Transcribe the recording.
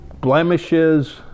blemishes